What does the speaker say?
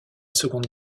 seconde